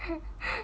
I